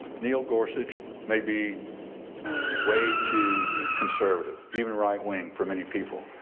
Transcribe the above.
neil gorsuch may be way too conservative, even right-wing for many people.